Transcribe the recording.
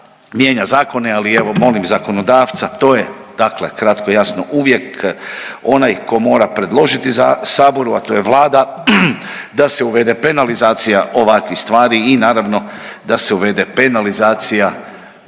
mijenja zakone ali evo molim zakonodavca, to je dakle kratko i jasno uvijek onaj tko mora predložiti saboru, a to je Vlada da se uvede penalizacija ovakvih stvari i naravno da se uvede penalizacija